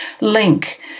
link